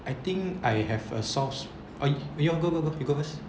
I think I have a sauce oh y~ you want go go go you go first